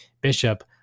Bishop